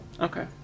Okay